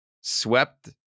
swept